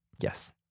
Yes